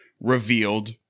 revealed